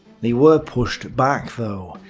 they were pushed back though,